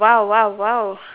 !wow! !wow! !wow!